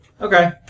Okay